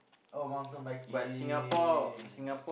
oh mountain biking